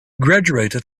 graduated